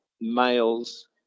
males